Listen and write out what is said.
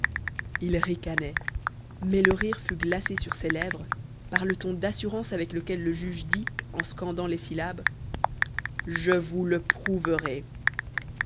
il ricanait mais le rire fut glacé sur ses lèvres par le ton d'assurance avec lequel le juge dit en scandant les syllabes je vous le prou ve rai xxi